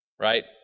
Right